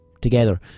together